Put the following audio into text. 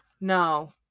No